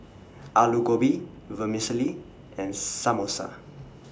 Alu Gobi Vermicelli and Samosa